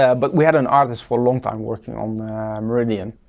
yeah but we had an artist for a long time working on meridian,